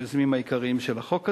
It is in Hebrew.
היוזמים העיקריים של החוק הזה,